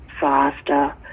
faster